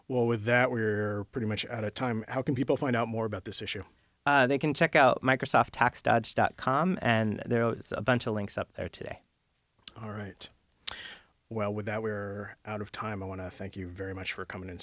well with that we're pretty much out of time how can people find out more about this issue they can check out microsoft tax dodge dot com and there are a bunch of links up there today all right well with that we are out of time i want to thank you very much for coming in